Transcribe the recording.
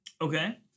Okay